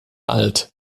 alt